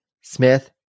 Smith